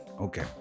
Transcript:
okay